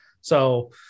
So-